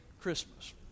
Christmas